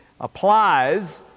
applies